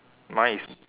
mine is